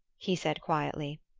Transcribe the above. he said quietly.